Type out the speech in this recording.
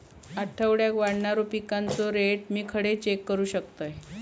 आठवड्याक वाढणारो पिकांचो रेट मी खडे चेक करू शकतय?